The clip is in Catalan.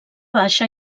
baixa